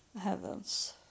heavens